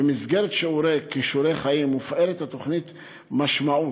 במסגרת שיעורי "כישורי חיים" מופעלת התוכנית "משמעות",